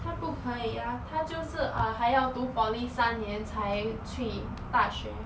她不可以啊她就是 uh 还要读 poly 三年才去大学